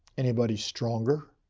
anybody stronger?